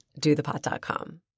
dothepot.com